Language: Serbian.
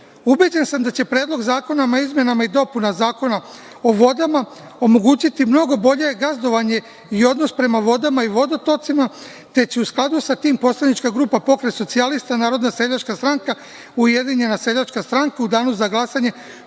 Ubeđen sam da će Predlog zakona o izmenama i dopunama Zakona o vodama omogućiti mnogo bolje gazdovanje i odnos prema vodama i vodotocima, te će u skladu sa tim poslanička grupa Pokret socijalista, Narodna seljačka stranka, Ujedinjena seljačka stranka u danu za glasanje